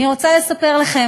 אני רוצה לספר לכם,